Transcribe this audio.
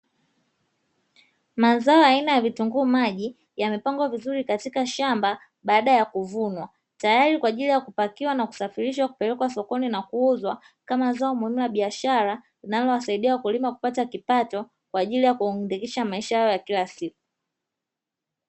Mazao aina ya vitunguu maji, yamepangwa vizuri katika shamba, baada ya kuvunwa, tayari kwa ajili ya kupakiwa na kusafirishwa kupelekwa sokoni na kuuzwa, kama zao muhimu la biashara, linalowasaidia wakulima kupata kipato, kwa ajili ya kuendesha maisha yao ya kila siku.